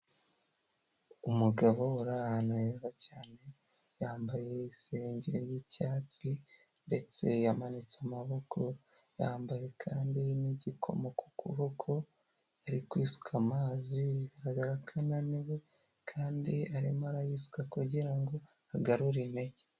Umugabo uri ahantu heza cyane yambaye isengeri y'icyatsi ndetse yamanitse amaboko, yambaye kandi n'igikomo ku kuboko, ari kwisuka amazi bigaragara ko aniwe kandi arimo arayisuka kugira ngo agarure intege.